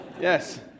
Yes